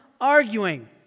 arguing